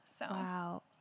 Wow